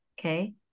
okay